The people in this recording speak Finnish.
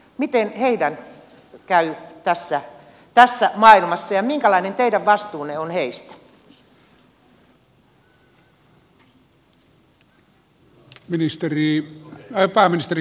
miten heidän käy tässä maailmassa ja minkälainen teidän vastuunne on heistä